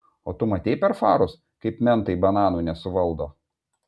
o tu matei per farus kaip mentai bananų nesuvaldo